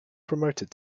promoted